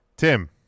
Tim